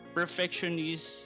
perfectionist